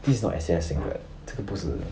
this is not S_C_S singlet 这个不是